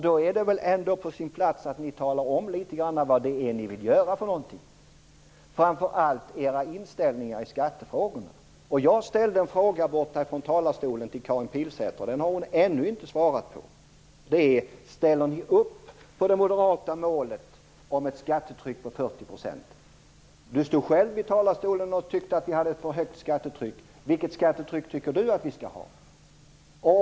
Då är det väl ändå på sin plats att ni talar om litet grand vad det är som ni vill göra, framför allt i fråga om era inställningar i skattefrågorna. Jag ställde en fråga till Karin Pilsäter från talarstolen. Den har hon ännu inte svarat på, nämligen: Ställer ni er bakom det moderata målet om ett skattetryck på 40 %? Karin Pilsäter stod själv i talarstolen och tyckte att vi har ett för högt skattetryck. Vilket skattetryck tycker Karin Pilsäter att vi skall ha?